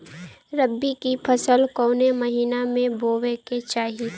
रबी की फसल कौने महिना में बोवे के चाही?